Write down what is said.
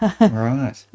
right